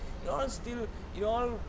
it all still it all